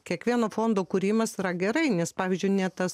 kiekvieno fondo kūrimas yra gerai nes pavyzdžiui net tas